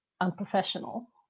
unprofessional